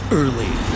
early